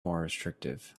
restrictive